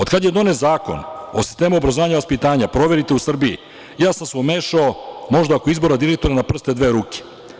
Otkad je donet Zakon o sistemu obrazovanja i vaspitanja, proverite u Srbiji, ja sam se umešao možda oko izbora direktora na prste dve ruke.